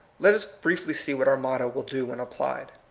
let us briefly see what our motto will do when applied.